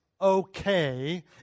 okay